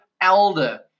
elder